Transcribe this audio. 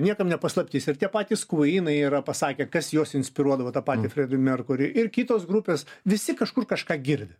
niekam ne paslaptis ir tie patys kuinai yra pasakę kas juos inspiruodavo tą patį fredį merkurį ir kitos grupės visi kažkur kažką girdi